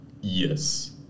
Yes